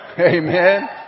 Amen